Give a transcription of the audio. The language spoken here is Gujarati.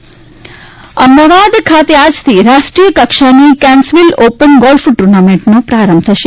ગોલ્ફ અમદાવાદ ખાતે આજથી રાષ્ટ્રીય કક્ષાની કેન્સવીલ ઓપન ગોલ્ફ ટુર્નામેન્ટનો પ્રારંભ થશે